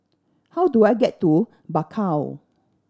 how do I get to Bakau